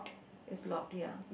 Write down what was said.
is locked ya